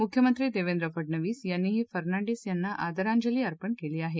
मुख्यमंत्री देवेंद्र फडनवीस यांनीही फर्नांडीस यांना आदरांजली अर्पण केली आहे